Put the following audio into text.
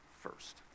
first